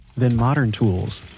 then modern tools.